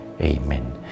Amen